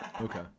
Okay